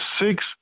six